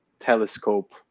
telescope